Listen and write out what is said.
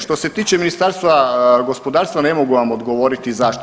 Što se tiče Ministarstva gospodarstva, ne mogu vam odgovoriti zašto.